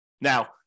Now